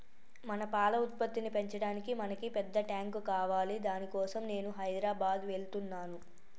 మన పాల ఉత్పత్తిని పెంచటానికి మనకి పెద్ద టాంక్ కావాలి దాని కోసం నేను హైదరాబాద్ వెళ్తున్నాను